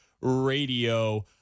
Radio